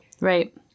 Right